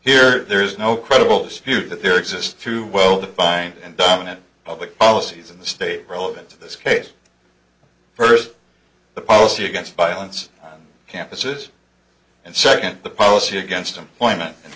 here there's no credible skew that there exist to well defined and dominant public policies in the state relevant to this case first the policy against violence campuses and second the policy against employment